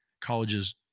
colleges